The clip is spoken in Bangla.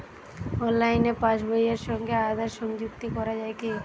অনলাইনে পাশ বইয়ের সঙ্গে আধার সংযুক্তি করা যায় কি?